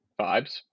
vibes